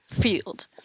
field